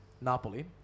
Napoli